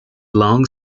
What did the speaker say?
long